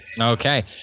Okay